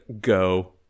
go